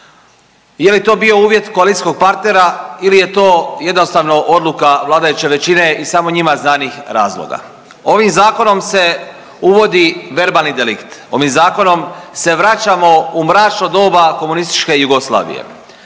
Je li to bio uvjet koalicijskog partnera ili je to jednostavno odluka vladajuće većine iz samo njima znanih razloga? Ovim zakonom se uvodi verbalni delikt. Ovim zakonom se vraćamo u mračno doba komunističke Jugoslavije.